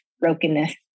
brokenness